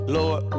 Lord